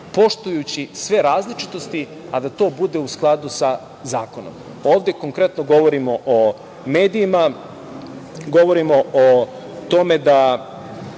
poštujući dve različitosti, a da to bude u skladu sa zakonom. Ovde konkretno govorimo o medijima, govorimo o tome da